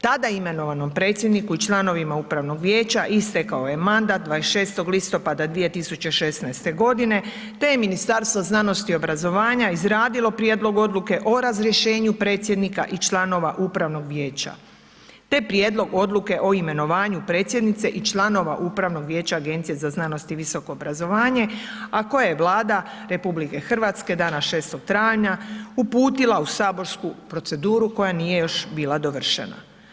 Tada imenovanom predsjedniku i članovima Upravnog vijeća istekao je mandat 26. listopada 2016. g. te je Ministarstvo znanosti i obrazovanja izradilo prijedlog odluke o razriješenu predsjednika i članova Upravnog vijeća, te prijedlog odluke o imenovanju predsjednice i članova Upravnog vijeća Agencije za znanost i visoko obrazovanje, a koje je Vlada RH, dana 6. travnja, uputila u saborsku proceduru, koja nije još bila dovršena.